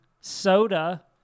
Soda